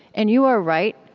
and you are right.